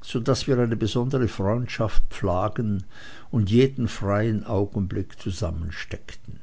so daß wir eine besondere freundschaft pflagen und jeden freien augenblick zusammensteckten